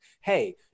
Hey